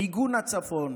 מיגון הצפון,